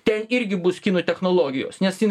ten irgi bus kinų technologijos nes